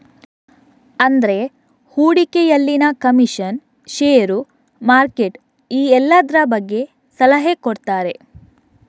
ಅಂದ್ರೆ ಹೂಡಿಕೆಯಲ್ಲಿನ commission, share, market ಈ ಎಲ್ಲದ್ರ ಬಗ್ಗೆ ಸಲಹೆ ಕೊಡ್ತಾರೆ